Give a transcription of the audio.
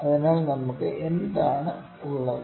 അതിനാൽ നമുക്ക് എന്താണ് ഉള്ളത്